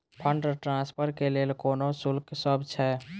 Fund transfer केँ लेल कोनो शुल्कसभ छै?